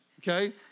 okay